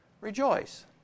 rejoice